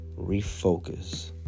refocus